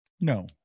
No